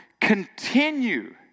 continue